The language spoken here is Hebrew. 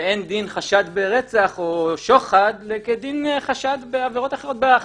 אין דין חשד ברצח או שוחד כדין חשד בעבירות אחרות החזקה,